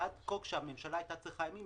ואז חוק שהממשלה הייתה צריכה ימים,